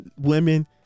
women